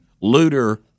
Looter